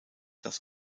das